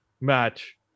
match